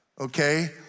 okay